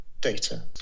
data